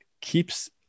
keeps